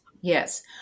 yes